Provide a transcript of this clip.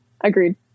Agreed